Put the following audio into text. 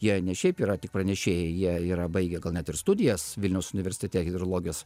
jie ne šiaip yra tik pranešėjai jie yra baigę gal net ir studijas vilniaus universitete hidrologijos